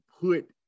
put